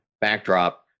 backdrop